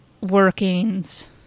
Workings